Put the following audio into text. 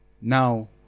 now